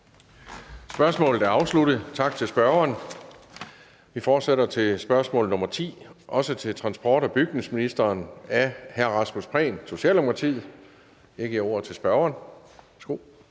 Spørgsmålet er afsluttet. Tak til spørgeren. Vi fortsætter med det næste spørgsmål, der også er til transport- og bygningsministeren. Det er af hr. Rasmus Prehn, Socialdemokratiet. Kl. 16:15 Spm. nr.